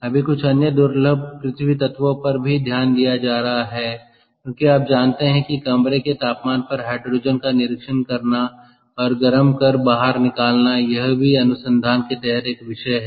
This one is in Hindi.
अभी कुछ अन्य दुर्लभ पृथ्वी तत्वों पर भी ध्यान दिया जा रहा है क्योंकि आप जानते हैं कि कमरे के तापमान पर हाइड्रोजन का निरीक्षण करना और गर्म कर बाहर निकालना यह भी अनुसंधान के तहत एक विषय है